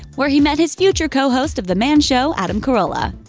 where he met his future co-host of the man show, adam carolla.